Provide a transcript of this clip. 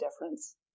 difference